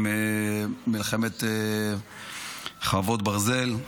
עם מלחמת חרבות ברזל,